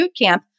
bootcamp